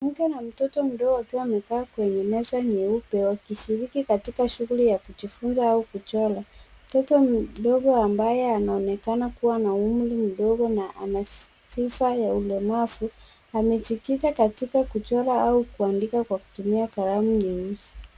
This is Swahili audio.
Mwanamke na mtoto mdogo wakiwa wamekaa kwenye meza nyeupe wakishiriki katika shughuli ya kujifunza au kuchora. Mtoto mdogo ambaye anaonekana kuwa na umri mdogo na ana sifa ya ulemavu amejikita katika kuchora au kuandika kwa kutumia kalamu nyeusi.